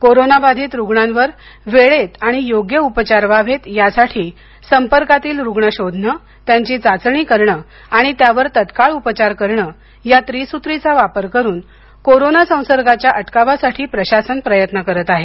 कोरोनाबाधित रुग्णांवर वेळेत आणि योग्य उपचार व्हावेत यासाठी संपर्कातील रुग्ण शोधणे त्यांची चाचणी करणे आणि त्यावर तत्काळ उपचार करणे या त्रिसूत्रीचा वापर करून कोरोना संसर्गाच्या अटकावासाठी प्रशासन प्रयत्न करत आहे